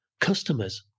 customers